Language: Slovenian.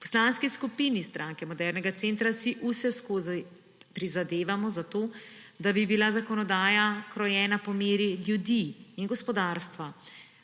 Poslanski skupini Stranke modernega centra si vseskozi prizadevamo za to, da bi bila zakonodaja krojena po meri ljudi in gospodarstva.